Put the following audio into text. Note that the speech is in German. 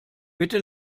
bitte